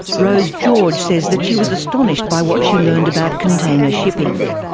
rose george says that she was astonished by what she learned about container shipping.